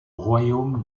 royaume